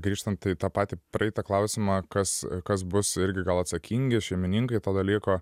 grįžtant į tą patį praeitą klausimą kas kas bus irgi gal atsakingi šeimininkai to dalyko